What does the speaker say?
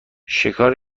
شکار